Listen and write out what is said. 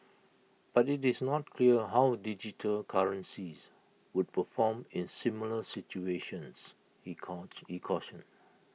but IT is not clear how digital currencies would perform in similar situations he cautioned